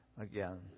again